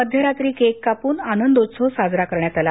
मध्यरात्री केक कापून आनंदोत्सव साजरा करण्यात आला